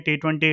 T20